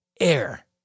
air